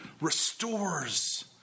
restores